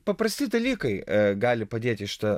paprasti dalykai gali padėti šitą